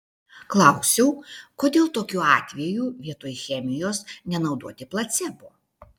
klausiau kodėl tokiu atveju vietoj chemijos nenaudoti placebo